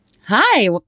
Hi